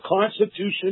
Constitution